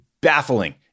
baffling